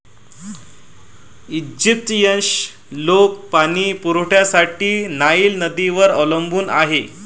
Egyptian लोक पाणी पुरवठ्यासाठी नाईल नदीवर अवलंबून होते